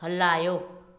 हलायो